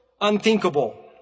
Unthinkable